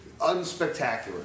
unspectacular